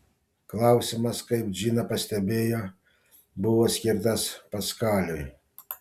klausimas kaip džina pastebėjo buvo skirtas paskaliui